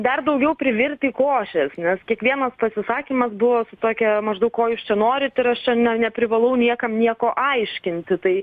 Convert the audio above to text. dar daugiau privirti košės nes kiekvienas pasisakymas buvo su tokia maždaug ko jūs čia norit ir aš čia ne neprivalau niekam nieko aiškinti tai